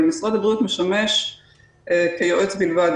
אבל משרד הבריאות משמש כיועץ בלבד,